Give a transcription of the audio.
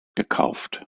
gekauft